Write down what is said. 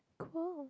cool